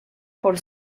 por